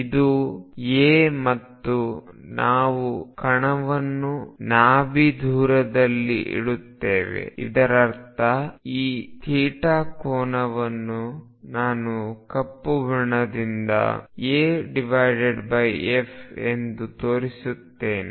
ಇದು a ಮತ್ತು ನಾವು ಕಣವನ್ನು ನಾಭಿದೂರದಲ್ಲಿ ಇಡುತ್ತೇವೆ ಇದರರ್ಥ ಈ ಕೋನವನ್ನು ನಾನು ಕಪ್ಪು ಬಣ್ಣದಿಂದ afಎಂದು ತೋರಿಸುತ್ತೇನೆ